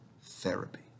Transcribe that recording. therapy